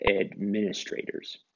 administrators